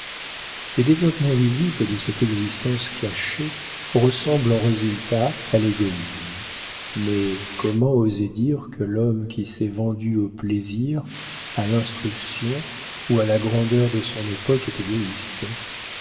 les développements visibles de cette existence cachée ressemblent en résultat à l'égoïsme mais comment oser dire que l'homme qui s'est vendu au plaisir à l'instruction ou à la grandeur de son époque est égoïste